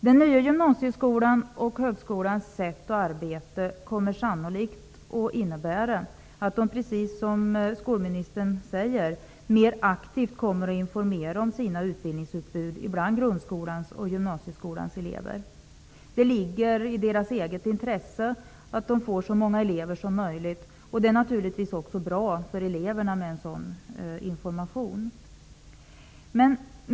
Den nya gymnasie och högskolans sätt att arbeta kommer sannolikt att innebära att man, precis som skolministern säger, mer aktivt kommer att informera om dess utbildningsutbud för grund och gymnasieskolans elever. Det ligger i skolornas eget intresse att de får så många elever som möjligt. Det är naturligtvis också bra för eleverna med en sådan information.